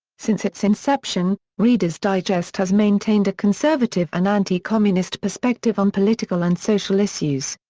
since its inception, reader's digest has maintained a conservative and anti-communist perspective on political and social issues.